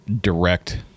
direct